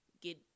get